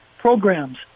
programs